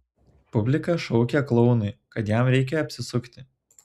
publika šaukė klounui kad jam reikia apsisukti